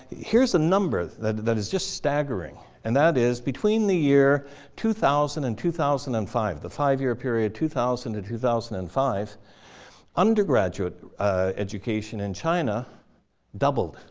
here's a number that that is just staggering, and that is the year two thousand and two thousand and five the five year period, two thousand to two thousand and five undergraduate education in china doubled.